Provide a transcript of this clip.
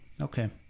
Okay